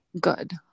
good